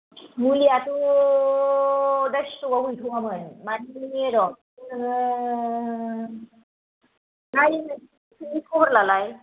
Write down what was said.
मुलिआथ' दा स्ट'काव गैथआमोन मानि र नोङो दा बेलासिफ्राव खबर लालाय